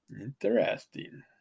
Interesting